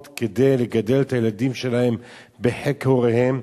כדי לגדל את הילדים שלהן בחיק הוריהם,